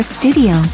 studio